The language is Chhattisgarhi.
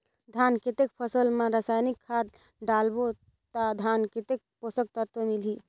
धान देंके फसल मा रसायनिक खाद डालबो ता धान कतेक पोषक तत्व मिलही?